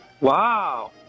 Wow